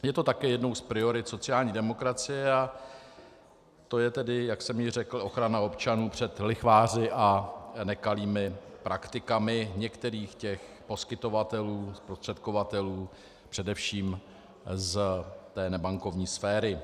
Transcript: Je to také jednou z priorit sociální demokracie a to je tedy, jak jsem řekl, ochrana občanů před lichváři a nekalými praktikami některých poskytovatelů, zprostředkovatelů především z nebankovní sféry.